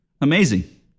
amazing